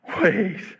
Wait